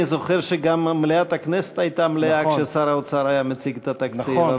אני זוכר שגם מליאת הכנסת הייתה מלאה כששר האוצר היה מציג את התקציב,